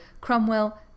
Cromwell